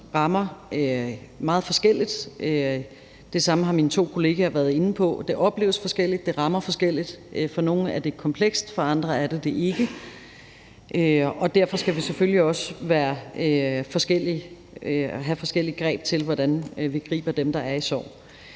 rammer meget forskelligt. Det samme har mine to kollegaer været inde på. Det opleves forskelligt, det rammer forskelligt. For nogle er det komplekst, for andre er det det ikke, og derfor skal vi selvfølgelig også have forskellige greb til, hvordan vi griber dem, der er i sorg.